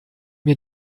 mir